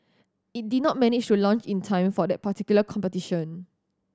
it did not manage to launch in time for that particular competition